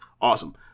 Awesome